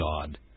God